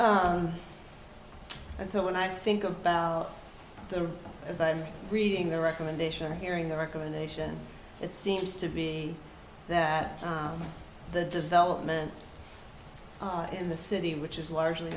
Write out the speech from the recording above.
and so when i think about them as i'm reading their recommendation or hearing their recommendation it seems to be that the development in the city which is largely